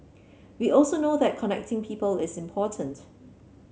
we also know that connecting people is important